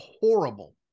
horrible